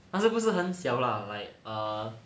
但不是很小啦 like err